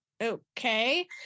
okay